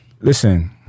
listen